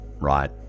right